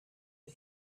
but